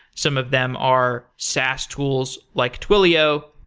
some of them are sas tools, like twilio.